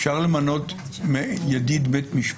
אפשר למנות ידיד בית משפט?